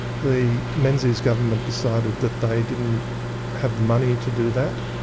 the menzies government decided that they didn't have the money to do that,